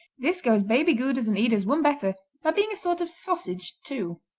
this goes baby goudas and edams one better by being a sort of sausage, too.